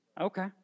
Okay